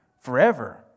forever